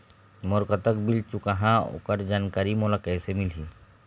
मोर कतक बिल चुकाहां ओकर जानकारी मोला कैसे मिलही?